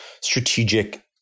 strategic